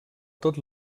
tot